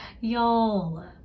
y'all